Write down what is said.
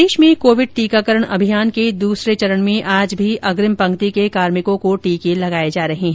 प्रदेश में कोविड टीकाकरण अभियान के दूसरे चरण में आज भी अग्रिम पंक्ति के कार्मिकों को टीके लगाए जा रहे हैं